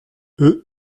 eux